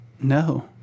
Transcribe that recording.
No